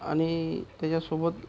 आणि त्याच्यासोबत